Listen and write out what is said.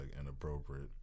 inappropriate